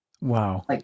Wow